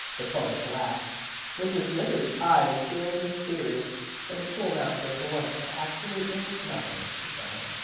the poet laughed mrs. smithers's eyes filled with tears and the school-master for once had absolutely nothing to say.